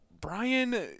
Brian